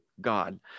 God